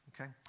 okay